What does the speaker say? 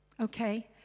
Okay